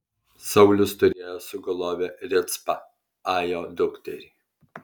saulius turėjo sugulovę ricpą ajo dukterį